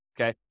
okay